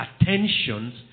attentions